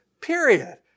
period